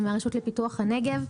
אני מהרשות לפיתוח הנגב,